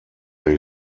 they